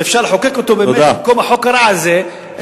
שאפשר לחוקק אותו באמת במקום החוק הרע הזה.